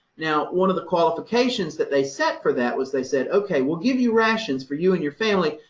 now one of the qualifications that they set for that was they said, ok, we'll give you rations for you and your family,